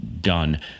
done